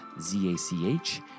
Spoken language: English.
Z-A-C-H